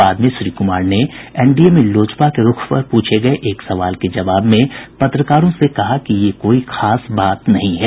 बाद में श्री कुमार ने एनडीए में लोजपा के रूख पर पूछे गये एक सवाल के जवाब में पत्रकारों से कहा कि ये कोई खास बात नहीं है